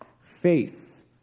Faith